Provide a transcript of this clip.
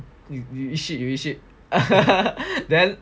you you eat shit you eat shit then